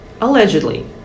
allegedly